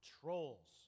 Trolls